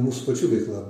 mūsų pačių veikla